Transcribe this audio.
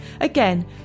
Again